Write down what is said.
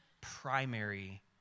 primary